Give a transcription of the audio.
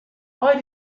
why